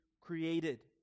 created